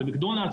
ב"מקדונלדס",